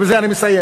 ובזה אני מסיים,